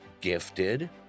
gifted